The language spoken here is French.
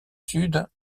sud